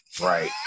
right